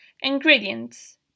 Ingredients